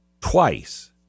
twice